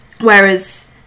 whereas